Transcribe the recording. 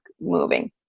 moving